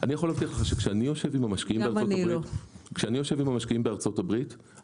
אני יכול להבטיח לך שכשאני יושב עם המשקיעים בארצות הברית,